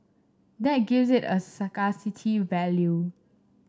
that gives it a scarcity value